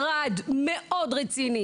שהוא משרד מאוד רציני.